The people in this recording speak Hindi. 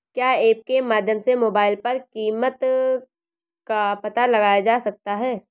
क्या ऐप के माध्यम से मोबाइल पर कीमत का पता लगाया जा सकता है?